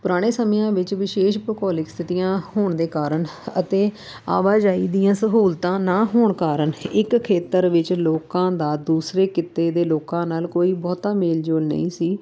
ਪੁਰਾਣੇ ਸਮਿਆਂ ਵਿੱਚ ਵਿਸ਼ੇਸ਼ ਭੂਗੋਲਿਕ ਸਥਿਤੀਆਂ ਹੋਣ ਦੇ ਕਾਰਨ ਅਤੇ ਆਵਾਜਾਈ ਦੀਆਂ ਸਹੂਲਤਾਂ ਨਾ ਹੋਣ ਕਾਰਨ ਇੱਕ ਖੇਤਰ ਵਿੱਚ ਲੋਕਾਂ ਦਾ ਦੂਸਰੇ ਕਿੱਤੇ ਦੇ ਲੋਕਾਂ ਨਾਲ ਕੋਈ ਬਹੁਤਾ ਮੇਲ ਜੋਲ ਨਹੀਂ ਸੀ